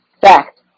fact